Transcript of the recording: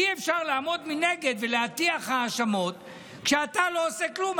אי-אפשר לעמוד מנגד ולהטיח האשמות כשאתה לא עושה כלום.